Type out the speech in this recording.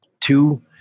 Two